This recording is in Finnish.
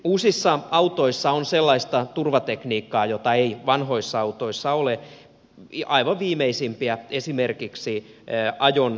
uusissa autoissa on sellaista turvatekniikkaa jota ei vanhoissa autoissa ole aivan viimeisimpiä esimerkiksi ajonvakausjärjestelmä